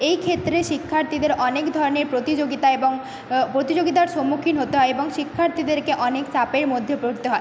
এই ক্ষেত্রে শিক্ষার্থীদের অনেক ধরনের প্রতিযোগিতা এবং প্রতিযোগিতার সম্মুখীন হতে হয় এবং শিক্ষার্থীদেরকে অনেক চাপের মধ্যে পড়তে হয়